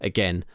Again